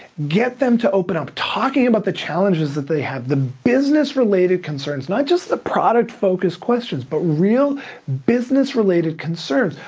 get them to open up. talking about the challenges that they have, the business-related concerns, not just the product focus questions but real business-related concerns.